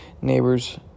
neighbors